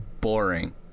boring